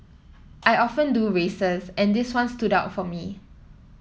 I often do races and this one stood out for me